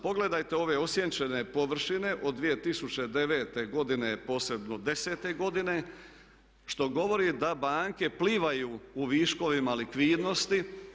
Pogledajte ove osjenčane površine od 2009. godine, posebno 2010. godine, što govori da banke plivaju u viškovima likvidnosti.